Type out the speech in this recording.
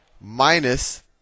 minus